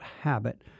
habit